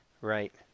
Right